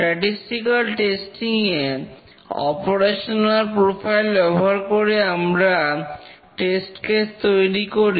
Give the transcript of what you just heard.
statistical testing এ operational profile ব্যবহার করে আমরা টেস্ট কেস তৈরি করি